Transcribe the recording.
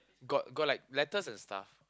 got got like letters and stuff